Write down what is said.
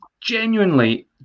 genuinely